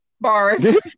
Bars